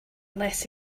less